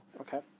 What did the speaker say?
Okay